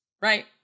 right